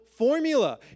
formula